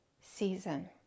season